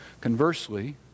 Conversely